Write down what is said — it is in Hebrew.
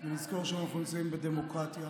ונזכור שאנחנו נמצאים בדמוקרטיה,